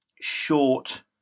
short